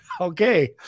okay